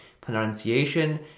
pronunciation